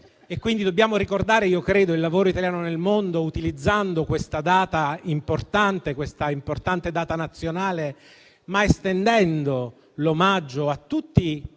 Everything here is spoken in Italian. Dobbiamo ricordare - io credo - il lavoro italiano nel mondo utilizzando questa importante data nazionale, ma estendendo l'omaggio a i